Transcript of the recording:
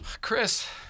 Chris